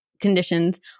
conditions